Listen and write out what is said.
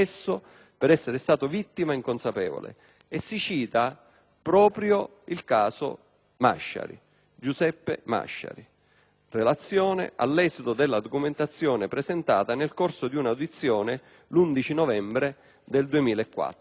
per essere stato vittima inconsapevole». E si cita proprio il caso Masciari: «Giuseppe Masciari. Relazione all'esito della documentazione presentata nel corso di un'audizione l'11 novembre 2004».